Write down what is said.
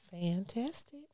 Fantastic